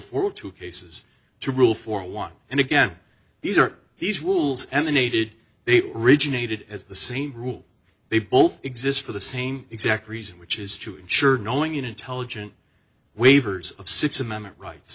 for two cases to rule for one and again these are these rules and the native they originated as the same rule they both exist for the same exact reason which is to ensure knowing in intelligent waivers of six amendment rights